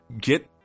get